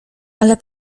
ale